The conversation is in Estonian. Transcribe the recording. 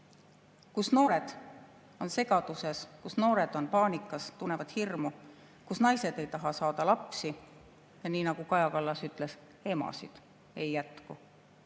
kus noored on segaduses, kus noored on paanikas, tunnevad hirmu, kus naised ei taha saada lapsi, ja nii nagu Kaja Kallas ütles, emasid ei jätku.